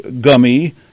gummy